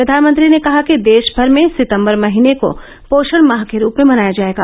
प्रघानमंत्री ने कहा कि देशभर में सितंबर महीने को पोषण माह के रूप में मनाया जाएगा